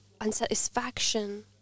unsatisfaction